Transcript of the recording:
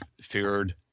feared